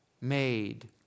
made